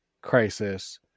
crisis